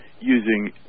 using